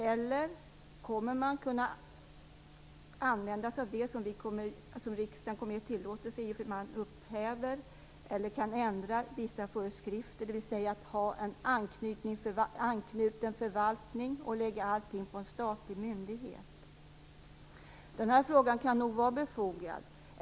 Eller kommer man att kunna använda sig av det som riksdagen kommer att ge tillåtelse till i och med att man upphäver eller kan ändra vissa föreskrifter, dvs. att ha en anknuten förvaltning och lägga allt på en statlig myndighet? Den här frågan kan nog vara befogad.